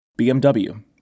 BMW